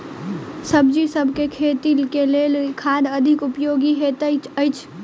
सब्जीसभ केँ खेती केँ लेल केँ खाद अधिक उपयोगी हएत अछि?